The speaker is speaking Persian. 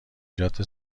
جات